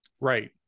Right